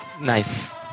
Nice